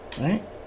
Right